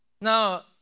Now